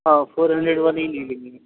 آ four hundred والا ہی لے لیں گے